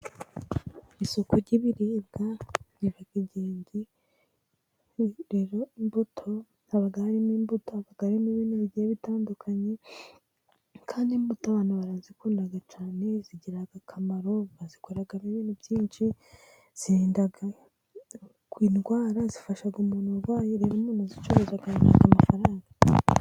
Isoko ry'ibiribwa riba ingenzi, haba harimo imbuto, haba harimo ibintu bigiye bitandukanye, kandi imbuto abantu barazikunda cyane, zigira akamaro, bazikora n'ibintu byinshi, zirinda indwara, zifasha umuntu urwaye, rero umuntu uzicuruza abona amafaranga.